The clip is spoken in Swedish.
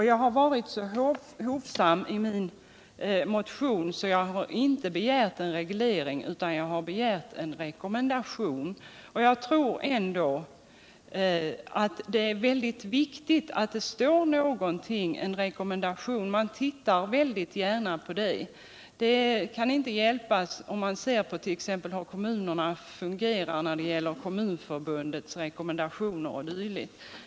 Jag har varit så hovsam i min motion att jag inte har begärt en reglering, utan jag har begärt en rekommendation. Jag tror ändå att det är mycket viktigt att det står någonting — en rekommendation. Man ser väldigt gärna på en sådan — det finner vi om vi t.ex. ser på hur kommunerna fungerar när det gäller Kommunförbundets rekommendationer.